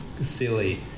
silly